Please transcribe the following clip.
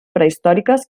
prehistòriques